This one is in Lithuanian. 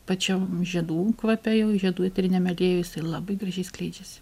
pačiam žiedų kvape jau žiedų eteriniam aliejuj jisai labai gražiai skleidžiasi